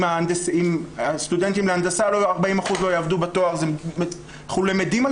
אם 40% מהסטודנטים להנדסה לא יעבדו בתואר אנחנו למדים על